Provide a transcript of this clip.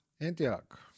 Antioch